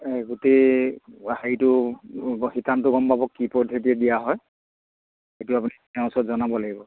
গোটেই হেৰিটো শিতানটো গম পাব কি পদ্ধতিৰে দিয়া হয় সেইটো আপুনি তেওঁৰ ওচৰত জনাব লাগিব